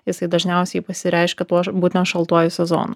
jisai dažniausiai pasireiškia tuo būtent šaltuoju sezonu